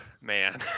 man